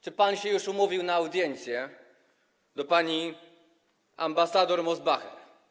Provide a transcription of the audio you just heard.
Czy pan się już umówił na audiencję do pani ambasador Mosbacher?